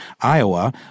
Iowa